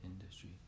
industry